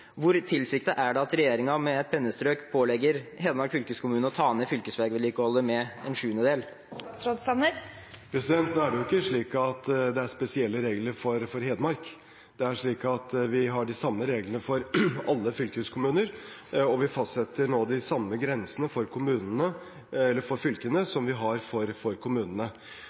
Hvor tilsiktet er det at regjeringen med et pennestrøk pålegger Hedmark fylkeskommune å ta ned fylkesveivedlikeholdet med en sjuendedel? Nå er det ikke slik at det er spesielle regler for Hedmark. Vi har de samme reglene for alle fylkeskommuner, og vi fastsetter nå de samme grensene for fylkene som vi har for kommunene.